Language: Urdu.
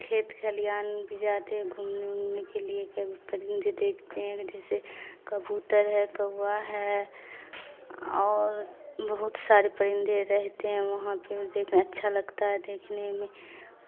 کھیت کھلیان بھی جاتے ہیں گھومنے وومنے کے لیے ک پرندے دیکھتے ہیں جیسے کبوتر ہے کووا ہے اور بہت سارے پرندے رہتے ہیں وہاں پہ دیکھنے اچھا لگتا ہے دیکھنے میں